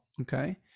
Okay